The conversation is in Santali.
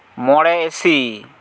ᱢᱚᱬᱮ ᱤᱥᱤ